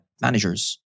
managers